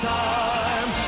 time